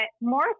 more